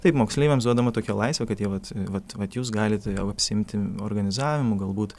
taip moksleiviams duodama tokia laisvė kad jie vat vat vat jūs galite jau apsiimti organizavimu galbūt